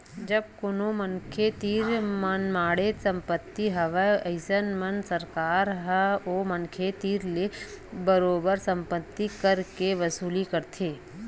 जब कोनो मनखे तीर मनमाड़े संपत्ति हवय अइसन म सरकार ह ओ मनखे तीर ले बरोबर संपत्ति कर के वसूली करथे